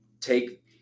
take